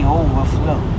overflow